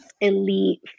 elite